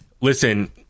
listen